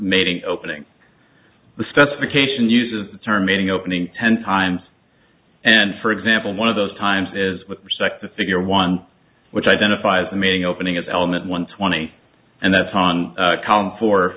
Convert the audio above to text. mating opening the specification uses the terminating opening ten times and for example one of those times is with respect to figure one which identifies the meaning opening of element one twenty and that's on column fo